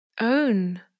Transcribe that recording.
Own